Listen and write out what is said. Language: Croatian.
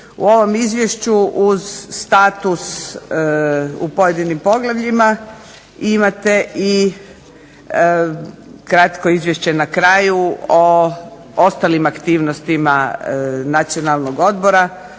U ovom Izvješću uz status u pojedinim poglavljima imate i kratko izvješće na kraju o ostalim aktivnostima Nacionalnog odbora,